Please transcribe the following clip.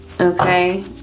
Okay